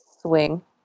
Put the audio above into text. swing